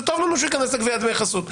זה טוב לנו שהוא ייכנס לגביית דמי חסות,